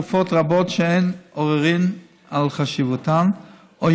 תרופות רבות שאין עוררין על חשיבותן או